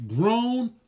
Grown